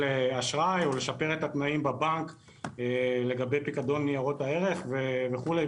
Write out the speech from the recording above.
אשראי או לשפר את התנאים בבנק לגבי פקדון ניירות ערך וכולי.